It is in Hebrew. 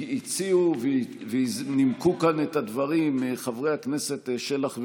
הציעו ונימקו כאן את הדברים חברי הכנסת שלח וליברמן.